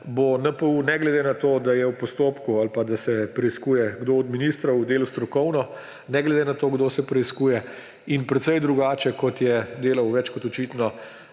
bo NPU ne glede na to, da je v postopku ali pa da se preiskuje, kdo od ministrov je delal strokovno, ne glede na to, kdo se preiskuje, in precej drugače, kot je delal, več kot očitno,